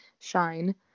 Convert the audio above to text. shine